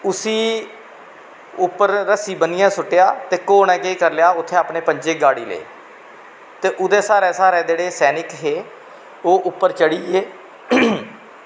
उसी उप्पर रस्सी बन्नियै सुट्टेआ ते ते घोह् नै केह् कीता उत्थें अपने पंजे गाह्ड़ी ले ते ओह्दै स्हारै स्हारै जेह्ड़े सैनिक हे ओह् उप्पर चढ़िये